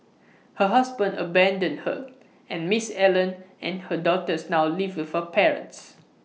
her husband abandoned her and miss Allen and her daughters now live with her parents